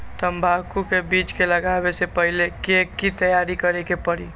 तंबाकू के बीज के लगाबे से पहिले के की तैयारी करे के परी?